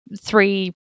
three